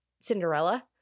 Cinderella